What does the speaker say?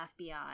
FBI